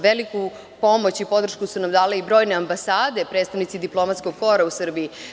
Veliku pomoć i podršku su nam dale i brojne ambasade, predstavnici diplomatskog kora u Srbiji.